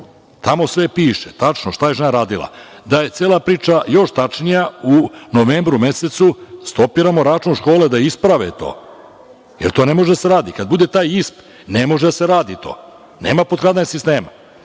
Tamo sve piše tačno šta je žena radila. Da je cela priča još tačnija, u novembru mesecu stopiramo račun škole, da isprave to, jer to ne može da se radi. Kad bude taj JISP, ne može da se radi to, nema potkradanja sistema.